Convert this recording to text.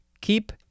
keep